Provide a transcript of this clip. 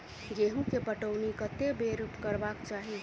गेंहूँ केँ पटौनी कत्ते बेर करबाक चाहि?